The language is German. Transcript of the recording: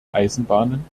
eisenbahnen